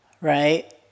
right